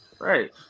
Right